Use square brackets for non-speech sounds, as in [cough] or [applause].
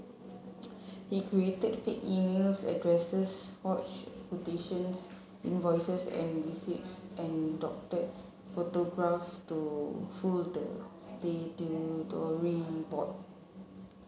he created fake emails addresses forged quotations invoices and receipts and doctored photographs to fool the [unintelligible] board